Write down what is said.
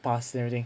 past everything